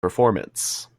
performance